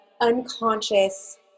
unconscious